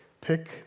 pick